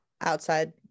outside